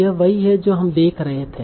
यह वही है जो हम देख रहे थे